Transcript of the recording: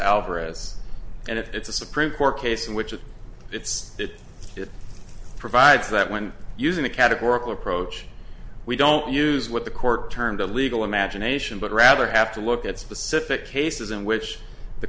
alvarez and if it's a supreme court case in which it's that it provides that when using a categorical approach we don't use what the court termed a legal imagination but rather have to look at specific cases in which the